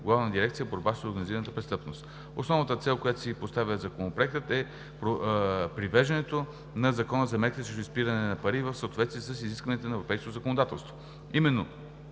Главна дирекция „Борба с организираната престъпност“. Основната цел, която си поставя Законопроектът, е привеждането на Закона за мерките срещу изпирането на пари в съответствие с изискванията на европейското законодателство.